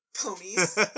ponies